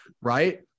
Right